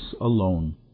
alone